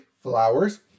Flowers